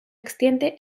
extiende